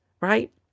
right